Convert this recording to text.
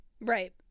Right